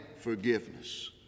forgiveness